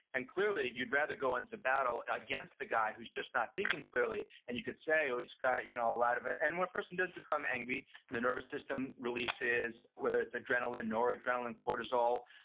and clearly you'd rather go into battle against the guy who's just not thinking clearly. and you can say, oh he's got you know a lot of, and when a person does become angry the nervous system releases whether it's adrenaline or adrenaline cortisol.